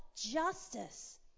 justice